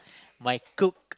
my cook